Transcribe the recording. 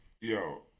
Yo